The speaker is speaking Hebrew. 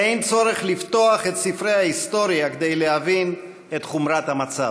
אין צורך לפתוח את ספרי ההיסטוריה כדי להבין את חומרת המצב.